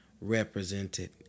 represented